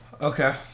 Okay